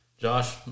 Josh